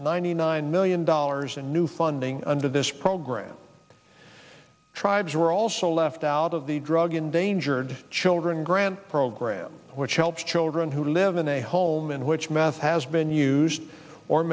ninety nine million dollars in new funding under this program tribes are also left out of the drug endangered children grant program which helps children who live in a home in which math has been used for